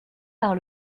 par